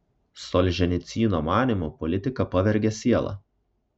solženicyno manymu politika pavergia sielą